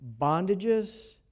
bondages